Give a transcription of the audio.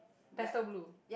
pastel blue